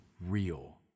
real